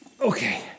Okay